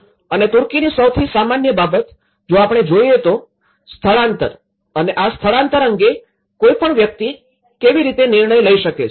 અને તુર્કીની સૌથી સામાન્ય બાબત જો આપણે જોઈએ તો સ્થળાંતર અને આ સ્થળાંતર અંગે કોઈપણ વ્યક્તિ કેવી રીતે નિર્ણય લઈ શકે છે